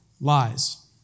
lies